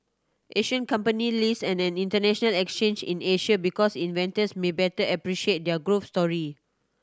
Asian company list on an international exchange in Asia because its investors may better appreciate their growth story